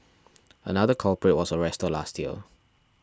another culprit was arrested last year